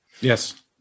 yes